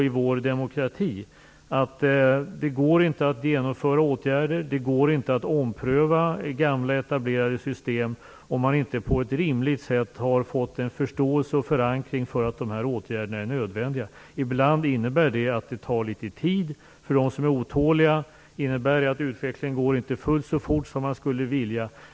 I vår demokrati går det inte att genomföra åtgärder, går det inte att ompröva gamla etablerade system, om man inte på ett rimligt sätt har fått en förståelse och förankring för att åtgärderna är nödvändiga. Ibland innebär det att det tar litet tid. För oss som är otåliga innebär det att utvecklingen inte går fullt så fort som man skulle vilja.